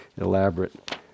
elaborate